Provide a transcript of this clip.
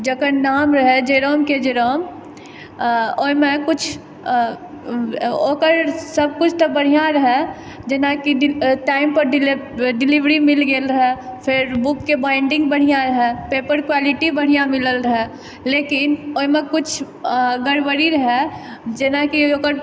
जेकर नाम रहय जेरोंग के जेरोंग ओहिमे किछु ओकर सब किछु तऽ बढ़िऑं रहय जेनाकि टाइम पर डिलीवरी मिल गेल रहय फेर बुकके बाइंडिंग बढ़िऑं रहय पेपर क्वालिटी बढ़िऑं मिलल रहय लेकिन ओहिमे किछु गड़बड़ी रहय जेनाकि ओकर